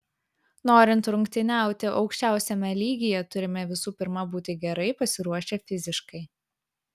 norint rungtyniauti aukščiausiame lygyje turime visų pirma būti gerai pasiruošę fiziškai